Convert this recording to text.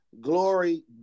glory